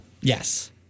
Yes